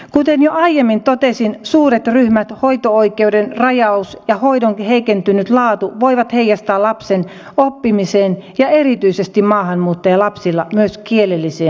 kuten jo aiemmin totesin suuret ryhmät hoito oikeuden rajaus ja hoidon heikentynyt laatu voivat heijastua lapsen oppimiseen ja erityisesti maahanmuuttajalapsilla myös kielellisiin ongelmiin